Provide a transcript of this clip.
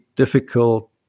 difficult